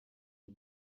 you